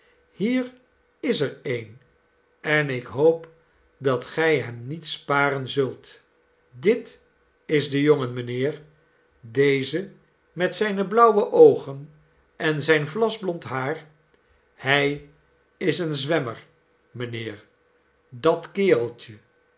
hier is er een en ik hoop dat gij hem niet sparen zult dit is de jongen mijnheer deze met zijne blauwe oogen en zijn vlasblond haar hij is een zwemrner mijnheer dat kereltje